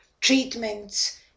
treatments